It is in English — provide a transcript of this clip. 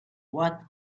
what